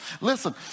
Listen